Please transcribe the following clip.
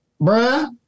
Bruh